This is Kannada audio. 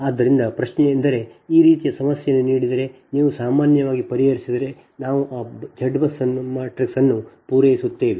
ಆದ್ದರಿಂದ ಪ್ರಶ್ನೆಯೆಂದರೆ ಈ ರೀತಿಯ ಸಮಸ್ಯೆಯನ್ನು ನೀಡಿದರೆ ನೀವು ಸಾಮಾನ್ಯವಾಗಿ ಪರಿಹರಿಸಿದರೆ ನಾವು ಆ Z ಬಸ್ ಮ್ಯಾಟ್ರಿಕ್ಸ್ ಅನ್ನು ಪೂರೈಸುತ್ತೇವೆ